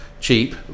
cheap